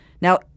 Now